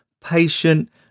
patient